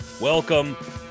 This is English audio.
welcome